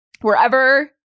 wherever